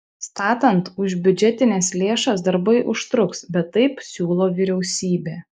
statant už biudžetines lėšas darbai užtruks bet taip siūlo vyriausybė